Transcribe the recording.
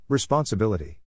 Responsibility